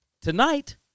tonight